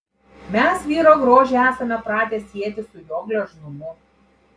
mes vyro grožį esame pratę sieti su jo gležnumu